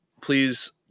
Please